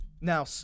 Now